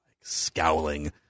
scowling